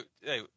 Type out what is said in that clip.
hey